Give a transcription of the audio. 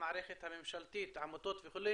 למערכת הממשלתית, עמותות וכו',